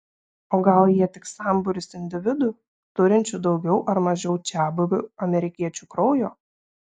o gal jie tik sambūris individų turinčių daugiau ar mažiau čiabuvių amerikiečių kraujo